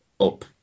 up